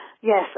yes